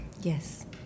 Yes